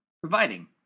providing